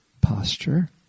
posture